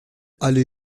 allée